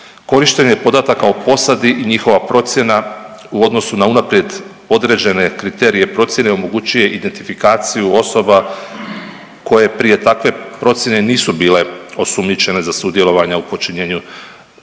Korištenje podataka o posadi i njihova procjena u odnosu na unaprijed određene kriterije procjene omogućuje identifikaciju osoba koje prije takve procjene nisu bile osumnjičene za sudjelovanje u počinjenu ovakvih